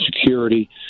security